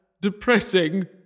depressing